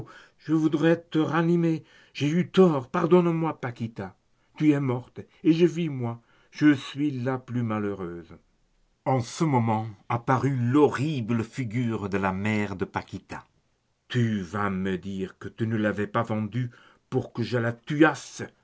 je voudrais te ranimer j'ai eu tort pardonne-moi paquita tu es morte et je vis moi je suis la plus malheureuse en ce moment apparut l'horrible figure de la mère de paquita tu vas me dire que tu ne l'avais pas vendue pour que je la